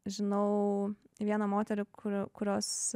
žinau vieną moterį kur kurios